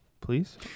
please